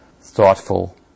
thoughtful